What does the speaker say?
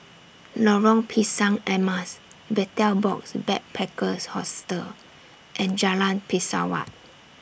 Lorong Pisang Emas Betel Box Backpackers Hostel and Jalan Pesawat